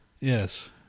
Yes